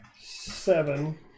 seven